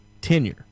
tenure